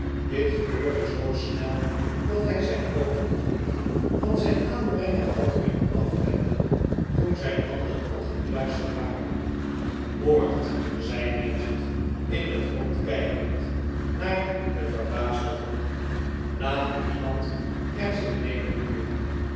dit gebeurde zoo snel dat hij zijn oogen nog niet van zijn aanbrenger had kunnen afwenden toen zijn handen al gekluisterd waren moord zei nadgett in het rond kijkend naar de verbaasde groep laat niemand er zich mee bemoeien